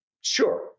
Sure